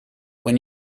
when